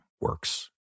works